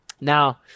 Now